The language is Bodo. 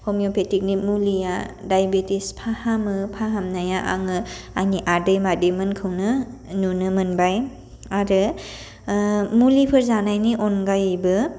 हमिय'पेटिकनि मुलिया डाइबेटिस फाहामो फाहामनाया आङो आंनि आदै मादैमोनखौनो नुनो मोनबाय आरो मुलिफोर जानायनि अनगायैबो